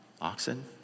oxen